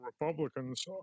Republicans